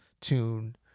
tune